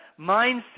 mindset